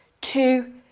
two